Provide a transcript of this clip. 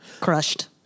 Crushed